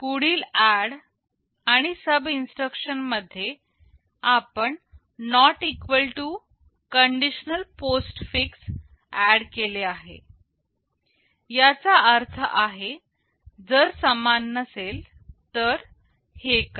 पुढील ADD आणि SUB instruction मध्ये आपण not equal to conditional postfix add केले आहे याचा अर्थ आहे जर समान नसेल तर हे करा